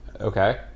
Okay